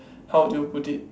how do you put it